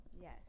Yes